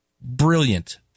Brilliant